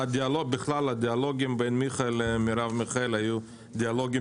הדיאלוגים בין מיכאל למרב מיכאלי